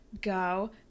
Go